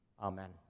Amen